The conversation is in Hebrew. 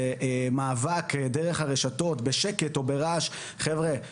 מאבק דרך הרשתות בשקט או ברעש חבר'ה,